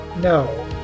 no